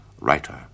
writer